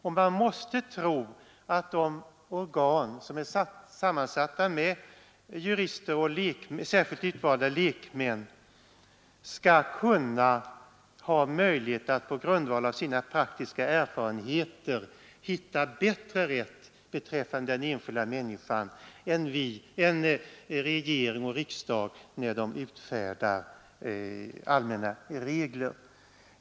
Man måste väl också tro att de organ som är sammansatta av jurister och särskilt utvalda lekmän tack vare ledamöternas praktiska erfarenheter har större möjligheter att hitta rätt vid behandlingen av enskilda människor än vad regering och riksdag har när man utfärdar allmänna regler.